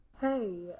Hey